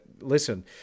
listen